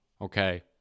Okay